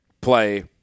play